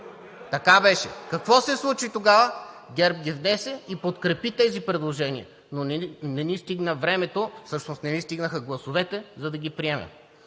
и реплики.) Какво се случи тогава? ГЕРБ ги внесе и подкрепи тези предложения, но не ни стигна времето, всъщност не ни стигнаха гласовете, за да ги приемем.